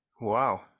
Wow